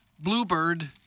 Bluebird